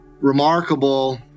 remarkable